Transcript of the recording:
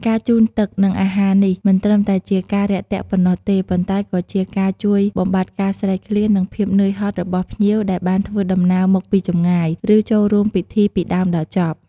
ពួកគាត់ទទួលបន្ទុកក្នុងការរៀបចំ ម្ហូបអាហារបូជាព្រះសង្ឃ និងត្រៀមទុកសម្រាប់ទទួលទានជុំគ្នាជាមួយពុទ្ធបរិស័ទដទៃទៀត រួមទាំងភ្ញៀវផងដែរ។